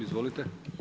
Izvolite.